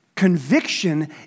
Conviction